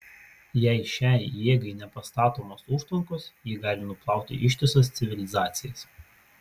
jei šiai jėgai nepastatomos užtvankos ji gali nuplauti ištisas civilizacijas